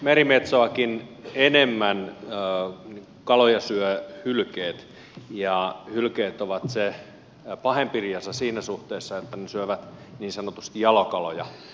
merimetsoakin enemmän kaloja syövät hylkeet ja hylkeet ovat se pahempi riesa siinä suhteessa että ne syövät niin sanotusti jalokaloja